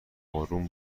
آروم